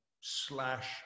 slash